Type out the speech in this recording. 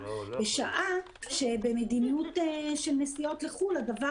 בשעה שבמדיניות של נסיעות לחו"ל הדבר